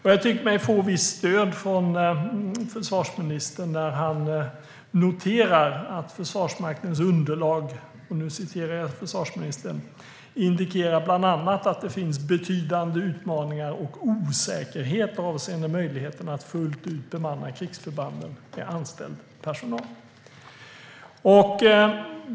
Jag tycker mig få visst stöd från försvarsministern när han noterar att Försvarsmaktens underlag "indikerar bland annat att det finns betydande utmaningar och osäkerheter avseende möjligheterna att fullt ut bemanna krigsförbanden med anställd personal".